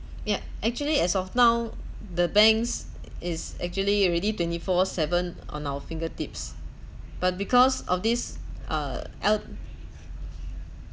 yup actually as of now the banks is actually already twenty four seven on our fingertips but because of this uh el~